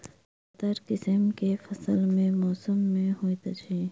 ज्यादातर किसिम केँ फसल केँ मौसम मे होइत अछि?